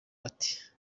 ati